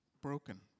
broken